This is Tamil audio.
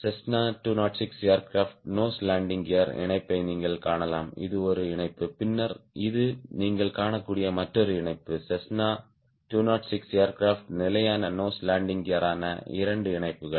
Cessna 206 aircraft nose landing gear இணைப்பை நீங்கள் காணலாம் இது ஒரு இணைப்பு பின்னர் இது நீங்கள் காணக்கூடிய மற்றொரு இணைப்பு செஸ்னா 206 ஏர்கிராப்ட் நிலையான நோஸ் லேண்டிங் கியருக்கான இரண்டு இணைப்புகள்